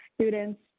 students